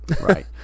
right